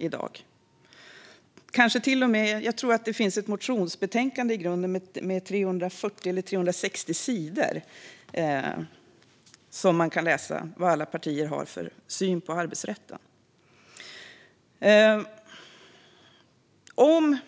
Jag tror att det i grunden finns ett motionsbetänkande med 340 eller 360 sidor, där man kan läsa vad alla partier har för syn på arbetsrätten. Om